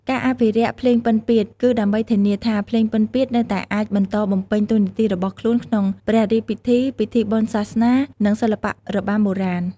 ការអភិរក្សភ្លេងពិណពាទ្យ គឺដើម្បីធានាថាភ្លេងពិណពាទ្យនៅតែអាចបន្តបំពេញតួនាទីរបស់ខ្លួនក្នុងព្រះរាជពិធី ពិធីបុណ្យសាសនា និងសិល្បៈរបាំបុរាណ។